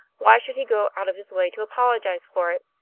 why should he go out of his way to apologize for it?